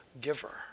giver